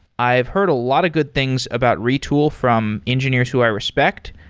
i've heard a lot of good things about retool from engineers who i respect.